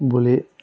বুলি